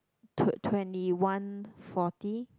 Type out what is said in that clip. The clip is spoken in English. tw~ twenty one forty